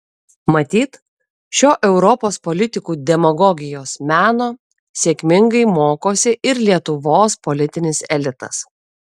matyt šio europos politikų demagogijos meno sėkmingai mokosi ir lietuvos politinis elitas